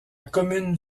commune